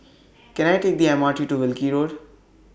Can I Take The M R T to Wilkie Road